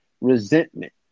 resentment